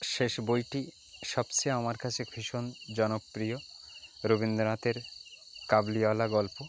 শেষ বইটি সবচেয়ে আমার কাছে ভীষণ জনপ্রিয় রবীন্দ্রনাথের কাবুলিওয়ালা গল্প